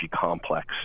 complex